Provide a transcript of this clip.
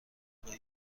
آگاهی